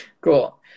Cool